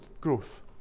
growth